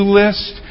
list